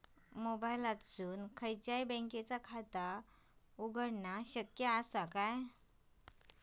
मोबाईलातसून खयच्याई बँकेचा खाता उघडणा शक्य असा काय?